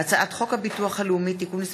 הצעת חוק הביטוח הלאומי (תיקון מס'